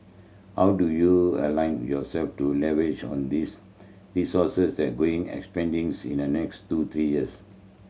how do you align yourself to leverage on this resource that going expanding in the next two three years